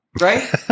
Right